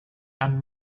and